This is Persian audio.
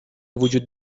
وجود